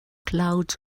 clouds